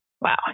wow